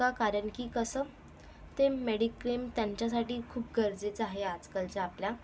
का कारण की कसं ते मेडिक्लेम त्यांच्यासाठी खूप गरजेचं आहे आजकालच्या आपल्या